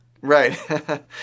Right